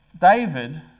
David